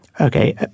Okay